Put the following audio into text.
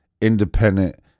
independent